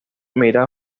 mira